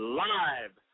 live